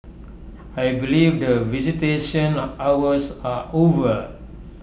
I believe that visitation hours are over